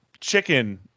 chicken